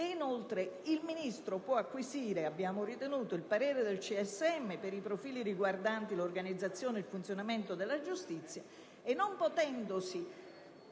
Inoltre, il Ministro può acquisire il parere del CSM per i profili riguardanti l'organizzazione e il funzionamento della giustizia. Comunque, non potendosi